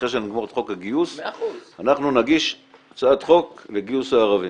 אחרי שנגמור את חוק הגיוס אנחנו נגיש הצעת חוק לגיוס הערבים.